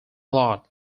lot